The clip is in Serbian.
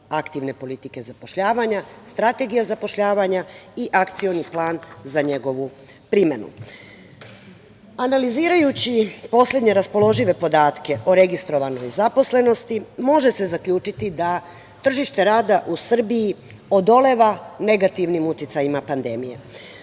aktivne politike zapošljavanja Strategija zapošljavanja i Akcioni plan za njegovu primenu. Analizirajući poslednje raspoložive podatke o registrovanoj zaposlenosti, može se zaključiti da tržište rada u Srbiji odoleva negativnim uticajima pandemije.